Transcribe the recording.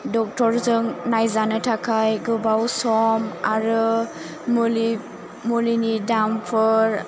डक्टरजों नायजानो थाखाय गोबाव सम आरो मुलि मुलिनि दामफोर